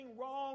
wrong